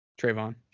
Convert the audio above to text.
Trayvon